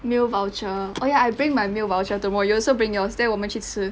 meal voucher oh ya I bring my meal voucher tomorrow you also bring yours then 我们去吃